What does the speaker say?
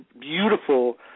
beautiful